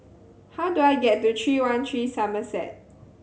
how do I get to Three One Three Somerset